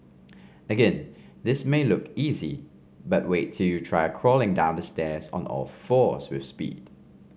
again this may look easy but wait till you try crawling down the stairs on all fours with speed